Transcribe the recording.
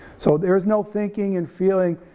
so there's no thinking and feeling.